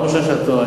פעם ראשונה שאת טועה.